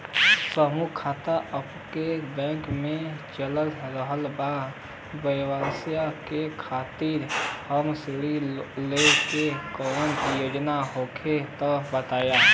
समूह खाता आपके बैंक मे चल रहल बा ब्यवसाय करे खातिर हमे ऋण लेवे के कौनो योजना होखे त बताई?